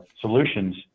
solutions